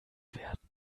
werden